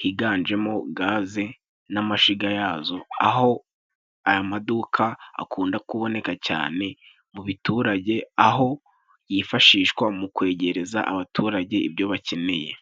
higanjemo gaze n'amashiga yazo, aho aya maduka akunda kuboneka cyane mu biturage, aho yifashishwa mu kwegereza abaturage ibyo bakeneye.